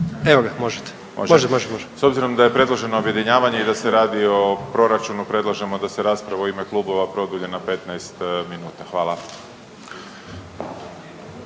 može, može. **Grbin, Peđa (SDP)** S obzirom da je predloženo objedinjavanje i da se radi o proračunu predlažemo da se rasprava u ime klubova produlji na 15 minuta. Hvala.